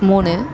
மூணு